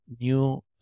new